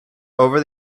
over